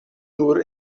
nur